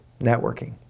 networking